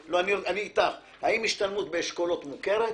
האם השתלמות באשכולות מוכרת?